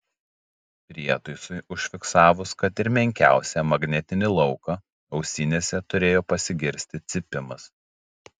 prietaisui užfiksavus kad ir menkiausią magnetinį lauką ausinėse turėjo pasigirsti cypimas